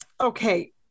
Okay